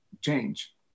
change